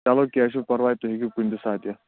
چلو کیٚنہہ چھُنہٕ پَرواے تُہۍ ہیٚکِو کُنہِ تہِ ساتہٕ یِتھ